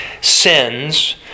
sins